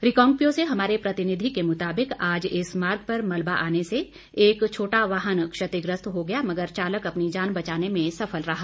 रिकांगपिओ से हमारे प्रतिनिधि के मुताबिक आज इस मार्ग पर मलबा आने से एक छोटा वाहन क्षतिग्रस्त हो गया मगर चालक अपनी जान बचाने में सफल रहा